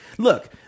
Look